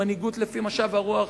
מנהיגות לפי משב הרוח,